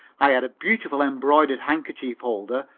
i had a beautiful embroidered handkerchief holder,